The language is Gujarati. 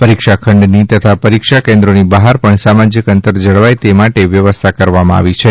પરીક્ષા ખંડની તથા પરીક્ષા કેન્દ્રોની બહાર પણ સામાજીક અંતર જળવાય તે માટે વ્યવસ્થા કરાઇ છે